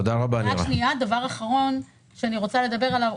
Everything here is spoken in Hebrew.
דבר אחרון שאני רוצה לדבר עליו,